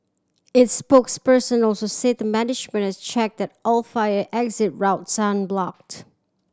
its spokesperson also said the management had checked that all fire exit routes are unblocked